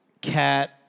Cat